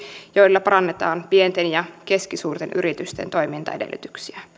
joilla parannetaan pienten ja keskisuurten yritysten toimintaedellytyksiä